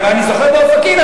אני זוכר באופקים,